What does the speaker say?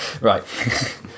right